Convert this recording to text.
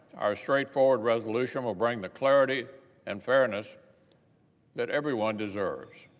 our straightforward resolution will bring the clarity and fairness that everyone deserves.